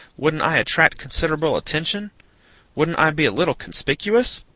wouldn't i attract considerable attention wouldn't i be a little conspicuous?